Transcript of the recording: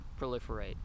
proliferate